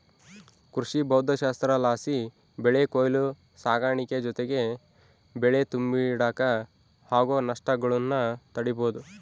ಕೃಷಿಭೌದ್ದಶಾಸ್ತ್ರಲಾಸಿ ಬೆಳೆ ಕೊಯ್ಲು ಸಾಗಾಣಿಕೆ ಜೊತಿಗೆ ಬೆಳೆ ತುಂಬಿಡಾಗ ಆಗೋ ನಷ್ಟಗುಳ್ನ ತಡೀಬೋದು